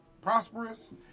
prosperous